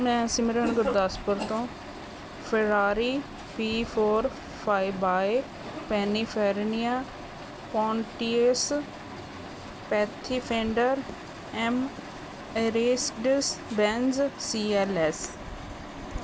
ਮੈਂ ਸਿਮਰਨ ਗੁਰਦਾਸਪੁਰ ਤੋਂ Ferrari P four five by Pininfarina Pontiac Pathfinder Mercedes Benz C L S